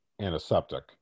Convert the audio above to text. antiseptic